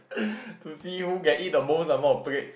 to see who can eat the most number of plates